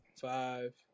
five